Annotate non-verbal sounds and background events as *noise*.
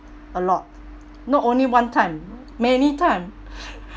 a lot not only one time many time *laughs*